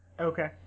Okay